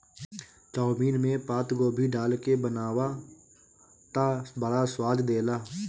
chowmein में पातगोभी डाल के बनावअ तअ बड़ा स्वाद देला